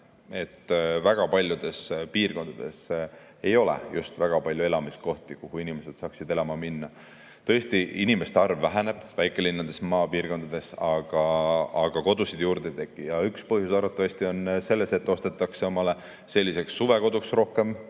et väga paljudes piirkondades ei ole just väga palju elamiskohti, kuhu inimesed saaksid elama minna. Tõesti, inimeste arv väheneb väikelinnades ja maapiirkondades, aga kodusid juurde ei teki. Üks põhjus on arvatavasti selles, et ostetakse omale selliseks suvekoduks rohkem